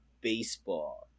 baseball